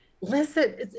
Listen